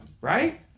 Right